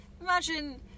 imagine